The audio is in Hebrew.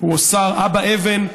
הוא השר אבא אבן.